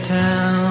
town